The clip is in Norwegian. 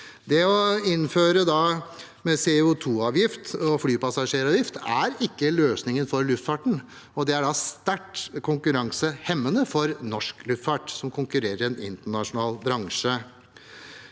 Å innføre CO2-avgift og flypassasjeravgift er ikke løsningen for luftfarten. Det er også sterkt konkurransehemmende for norsk luftfart, som konkurrerer i en internasjonal bransje.